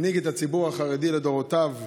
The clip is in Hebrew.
הנהיג את הציבור החרדי לדורותיו.